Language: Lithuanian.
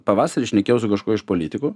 pavasarį šnekėjau su kažkuo iš politikų